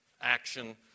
action